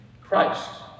Christ